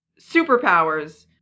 superpowers